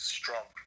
strong